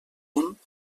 punt